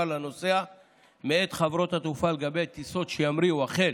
לנוסע מאת חברות התעופה לגבי טיסות שימריאו החל